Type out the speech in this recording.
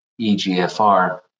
EGFR